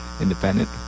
independent